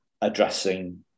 addressing